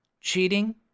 cheating